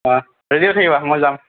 ready হৈ থাকিবা মই যাম